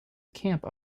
camp